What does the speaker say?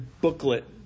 booklet